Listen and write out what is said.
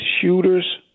shooters